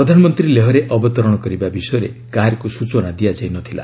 ପ୍ରଧାନମନ୍ତ୍ରୀ ଲେହ୍ରେ ଅବତରଣ କରିବା ବିଷୟରେ କାହାରିକୁ ସ୍ୱଚନା ଦିଆଯାଇ ନ ଥିଲା